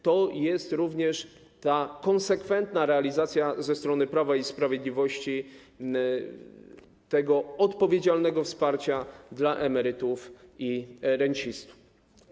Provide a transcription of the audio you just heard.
To jest również ta konsekwentna realizacja ze strony Prawa i Sprawiedliwości odpowiedzialnego wsparcia dla emerytów i rencistów.